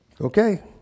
Okay